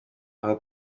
aha